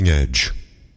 edge